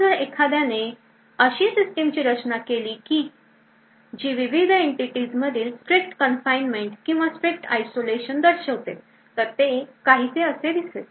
आता जर एखाद्याने अशी सिस्टिमची रचना केली की जी विविध entities मधील strict confinement किंवा strict isolation दर्शवते तर ते काहीसे असे दिसेल